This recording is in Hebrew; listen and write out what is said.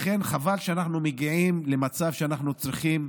לכן חבל שאנחנו מגיעים למצב שאנחנו צריכים